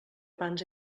abans